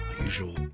usual